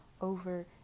over